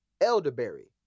elderberry